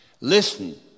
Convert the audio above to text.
Listen